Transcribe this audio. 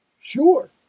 sure